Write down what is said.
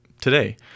today